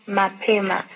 mapema